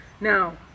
Now